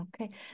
okay